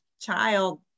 child